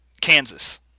Kansas